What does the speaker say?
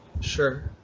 Sure